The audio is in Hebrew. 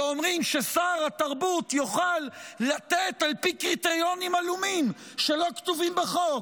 ואומרים ששר התרבות יוכל לתת על פי קריטריונים עלומים שלא כתובים בחוק,